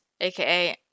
aka